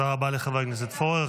תודה רבה לחבר הכנסת פורר.